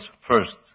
first